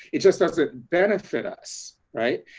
it just doesn't benefit us. right?